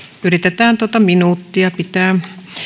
yritetään tuota minuuttia pitää